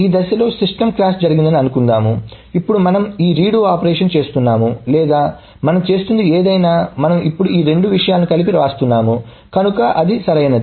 ఈ దశలో system crash జరిగింది అనుకుందాం ఇప్పుడు మనము ఈ రిడో ఆపరేషన్ చేస్తున్నాము లేదా మనం చేస్తున్నది ఏదైనా మనము ఇప్పుడు ఈ రెండు విషయాలను కలిపి వ్రాస్తున్నాము కనుక అది సరైనది